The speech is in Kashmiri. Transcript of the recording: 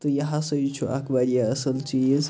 تہٕ یہِ ہسا چھُ اَکھ واریاہ اصٕل چیز